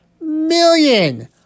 million